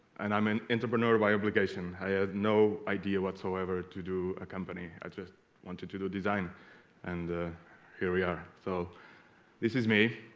and i'm an entrepreneur by application i had no idea whatsoever to do a company i just wanted to do design and here we are so this is me